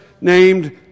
named